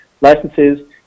licenses